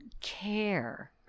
care